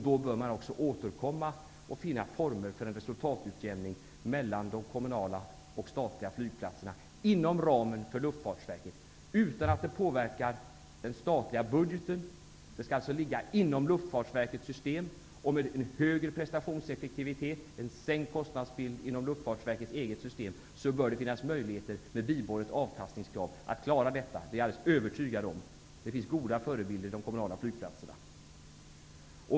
Då bör man också återkomma och finna former för en resultatutjämning mellan de kommunala och de statliga flygplatserna inom ramen för Luftfartsverket, utan att det påverkar den statliga budgeten. Det skall alltså ligga inom Luftfartsverkets eget system. Då bör det finnas möjligheter, med bibehållet avkastningskrav, att klara detta. Det är jag alldeles övertygad om. Det finns goda förebilder i de kommunala flygplatserna.